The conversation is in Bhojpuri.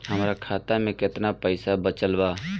हमरा खाता मे केतना पईसा बचल बा?